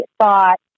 thought